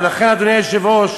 ולכן, אדוני היושב-ראש,